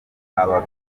aba